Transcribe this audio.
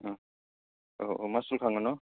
औ औ मासुल खाङो न'